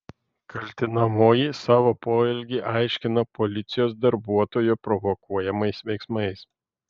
kaltinamoji savo poelgį aiškina policijos darbuotojo provokuojamais veiksmais